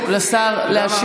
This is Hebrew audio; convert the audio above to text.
הוא מדבר בשם האל.